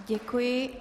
Děkuji.